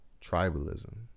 tribalism